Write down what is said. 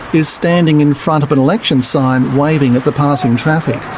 is standing in front of an election sign, waving at the passing traffic.